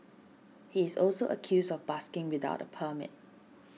he is also accused of busking without a permit